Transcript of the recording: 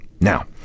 Now